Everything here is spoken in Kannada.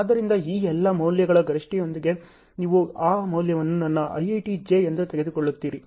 ಆದ್ದರಿಂದ ಈ ಎಲ್ಲ ಮೌಲ್ಯಗಳ ಗರಿಷ್ಠತೆಯೊಂದಿಗೆ ನೀವು ಆ ಮೌಲ್ಯವನ್ನು ನನ್ನ EET J ಎಂದು ತೆಗೆದುಕೊಳ್ಳುತ್ತೀರಿ